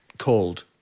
called